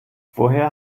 woher